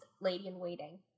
lady-in-waiting